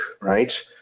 right